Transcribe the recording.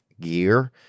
gear